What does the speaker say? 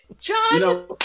John